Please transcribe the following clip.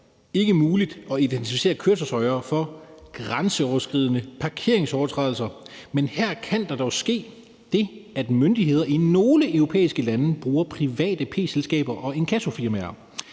ikke muligt at identificere køretøjsejere for grænseoverskridende parkeringsovertrædelser. Men her kan der dog ske det, at myndigheder i nogle europæiske lande bruger private p-selskaber og inkassofirmaer.